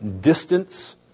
distance